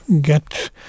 get